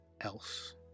else